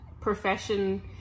profession